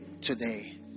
today